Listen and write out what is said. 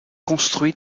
construit